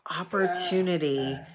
opportunity